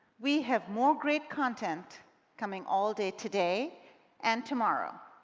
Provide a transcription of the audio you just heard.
we have more great content coming all day today and tomorrow.